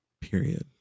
period